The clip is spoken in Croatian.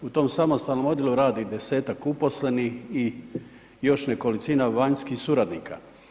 U tom samostalnom odjelu radi 10-tak uposlenih i još nekolicina vanjskih suradnika.